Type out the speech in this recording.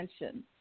attention